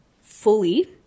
fully